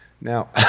Now